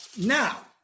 Now